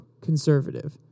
conservative